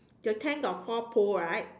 the tank got four pole right